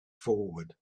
forward